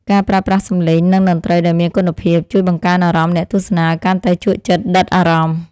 ការប្រើប្រាស់សំឡេងនិងតន្ត្រីដែលមានគុណភាព ជួយបង្កើនអារម្មណ៍អ្នកទស្សនាឱ្យកាន់តែជក់ចិត្តដិតអារម្មណ៍។